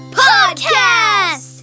podcast